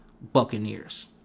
Buccaneers